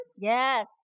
Yes